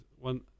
one